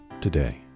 today